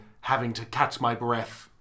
having-to-catch-my-breath